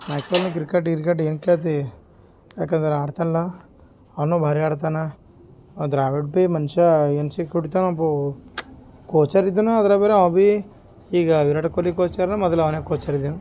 ಮಾಕ್ಸ್ವೆಲ್ನು cricket ಗ್ರಿಕೆಟ್ ಏನು ಕತೆ ಯಾಕಂದ್ರೆ ಆಡ್ತನಲ ಅವನು ಭಾರಿ ಆಡ್ತನಾ ದ್ರಾವಿಡ್ ಬಿ ಮನುಷ್ಯ ಏನು ಸಿಕ್ಕು ಬಿಡ್ತನಪ್ಪೋ ಕೋಚರ್ ಇದ್ದನಾ ಅದ್ರಗೆ ಬೇರೆ ಅವಾ ಬಿ ಈಗ ವಿರಾಟ್ ಕೊಹ್ಲಿ ಕೋಚರ್ ಮೊದ್ಲೆ ಅವನೆ ಕೋಚರ್ ಇದ್ಯನ